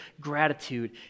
gratitude